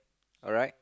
alright